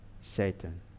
Satan